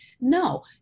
No